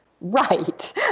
right